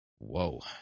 Whoa